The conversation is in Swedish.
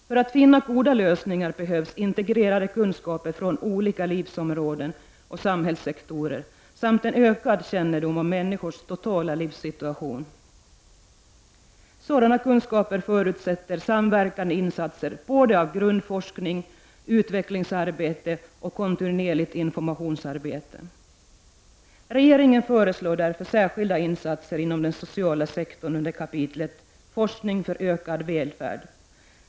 För att finna goda lösningar behövs integrerade kunskaper från olika livsområden och samhällssektorer samt en ökad kännedom om människors totala livssituation. Sådana kunskaper förutsätter samverkande insatser både av grundforskning, utvecklingsarbete och kontinuerligt informationsarbete. Regeringen föreslår därför särskilda insatser inom den sociala sektorn under kapitlet Forskning för ökad välfärd.